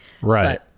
Right